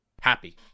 happy